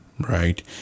right